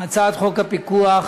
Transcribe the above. הצעת חוק הפיקוח